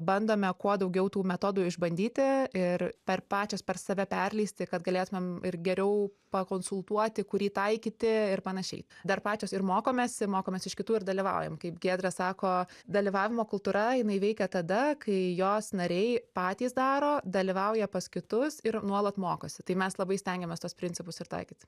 bandome kuo daugiau tų metodų išbandyti ir per pačios per save perleisti kad galėtumėm ir geriau pakonsultuoti kurį taikyti ir panašiai dar pačios ir mokomės ir mokomės iš kitų ir dalyvaujam kaip giedrė sako dalyvavimo kultūra jinai veikia tada kai jos nariai patys daro dalyvauja pas kitus ir nuolat mokosi tai mes labai stengiamės tuos principus ir taikyti